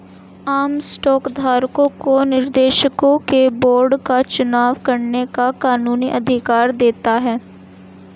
आम स्टॉक धारकों को निर्देशकों के बोर्ड का चुनाव करने का कानूनी अधिकार देता है